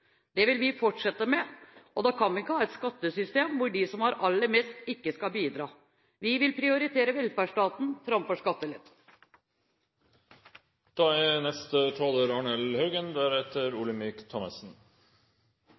Det vil vi fortsette med, og da kan vi ikke ha et skattesystem hvor de som har aller mest, ikke skal bidra. Vi vil prioritere velferdsstaten framfor skattelette. Det er